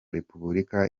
repubulika